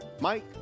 Mike